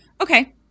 Okay